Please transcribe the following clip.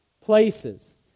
places